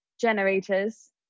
generators